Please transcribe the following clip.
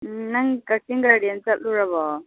ꯎꯝ ꯅꯪ kitchen garden ꯆꯠꯂꯨꯔꯕꯣ